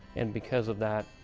and because of that,